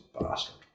bastard